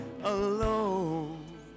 alone